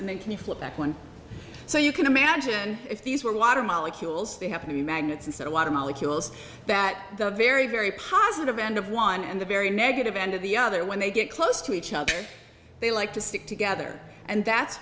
and they can flip that coin so you can imagine if these were water molecules they happen to be magnets instead of water molecules that they're very very positive and of one and the very negative end of the other when they get close to each other they like to stick together and that's